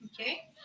Okay